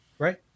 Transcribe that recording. Right